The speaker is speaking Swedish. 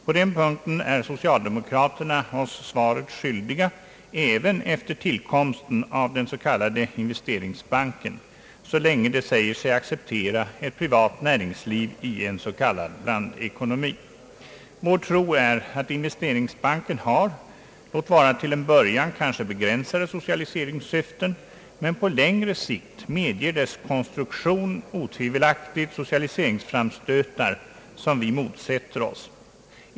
På den punkten är socialdemokraterna oss svaret skyldiga även efter tillkomsten av den s.k. investeringsbanken, så länge de säger sig acceptera ett privat näringsliv i en s.k. blandekonomi. Vår tro är att investeringsbanken har — låt vara till en början begränsade — socialiseringssyften, men på längre sikt medger dess konstruktion . otvivelaktigt socialiseringsframstötar som vi motsätter oss.